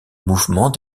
mouvements